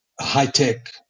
high-tech